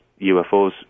UFOs